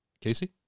Casey